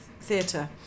Theatre